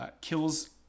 kills